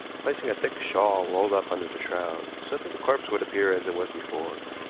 placing a thick shawl rolled up under the shroud, so that the corpse would appear as it was before.